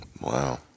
Wow